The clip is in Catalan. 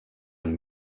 amb